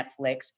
Netflix